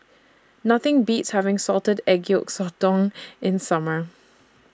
Nothing Beats having Salted Egg Yolk Sotong in Summer